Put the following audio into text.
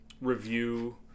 Review